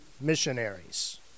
missionaries